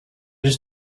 just